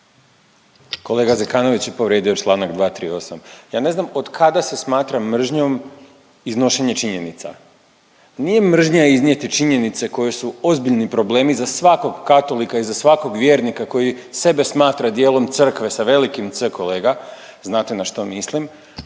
Kolega Zekanović je povrijedio čl. 238. Ja ne znam od kada se smatra mržnjom iznošenje činjenica? Nije mržnja iznijeti činjenice koje su ozbiljni problemi za svakog katolika i za svakog vjernika koji sebe smatra dijelom Crkve sa velikim c, kolega, znate na što mislim,